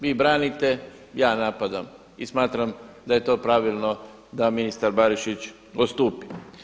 Vi branite, ja napadam i smatram da je to pravilno da ministar Barišić odstupi.